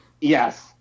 Yes